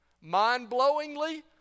mind-blowingly